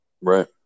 Right